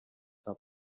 help